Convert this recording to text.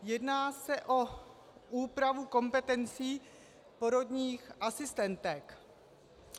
Jedná se o úpravu kompetencí porodních asistentek.